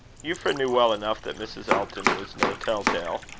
euphra knew well enough that mrs. elton was no tell-tale.